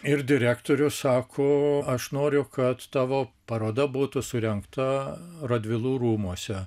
ir direktorius sako aš noriu kad tavo paroda būtų surengta radvilų rūmuose